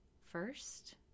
first